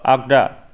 आग्दा